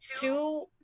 two